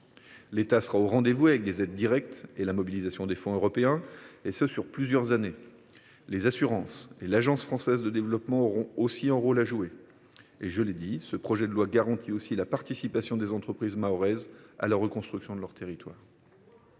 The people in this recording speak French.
L’État sera au rendez vous, en octroyant des aides directes et en mobilisant des fonds européens, et ce sur plusieurs années. Les assurances et l’Agence française de développement auront aussi un rôle à jouer. Et je l’ai dit, ce projet de loi garantit aussi la participation des entreprises mahoraises à la reconstruction de leur territoire.